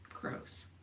Gross